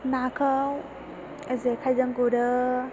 नाखौ जेखायजों गुरो